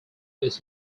its